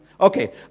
Okay